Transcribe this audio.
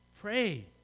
Pray